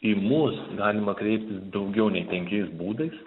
į mus galima kreiptis daugiau nei penkiais būdais